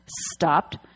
stopped